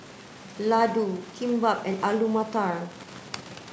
Ladoo Kimbap and Alu Matar